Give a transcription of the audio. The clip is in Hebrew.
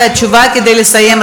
והתשובה היא כדי לסיים,